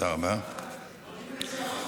כבוד